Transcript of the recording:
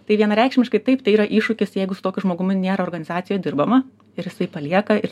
tai vienareikšmiškai taip tai yra iššūkis jeigu su tokiu žmogumi nėra organizacijoj dirbama ir jisai palieka ir